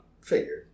Figured